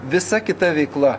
visa kita veikla